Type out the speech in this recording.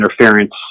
interference